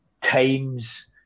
times